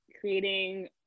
creating